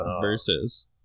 versus